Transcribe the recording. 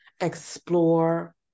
explore